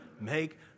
make